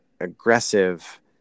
aggressive